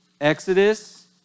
Exodus